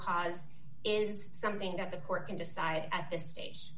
cause is something that the court can decide at this stage